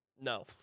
no